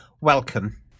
welcome